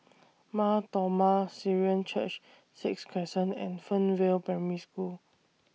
Mar Thoma Syrian Church Sixth Crescent and Fernvale Primary School